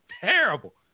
terrible